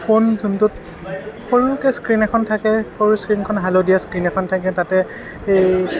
phone যোনটোত সৰুকে screen এখন থাকে সৰু স্ক্ৰীণখন হালধীয়া স্ক্ৰীণ এখন থাকে তাতেই